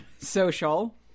social